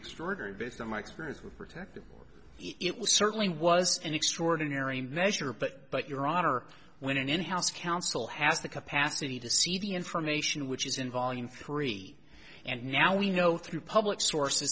extraordinary based on my experience with protected it was certainly was an extraordinary measure but but your honor when an in house counsel has the capacity to see the information which is in volume three and now we know through public sources